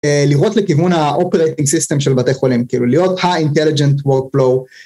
לראות לכיוון ה-Operating System של בתי חולים, כאילו להיות ה-Intelligent Workflow.